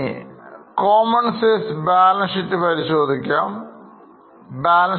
ഇനി balance Sheet പരിശോധിക്കാവുന്നതാണ്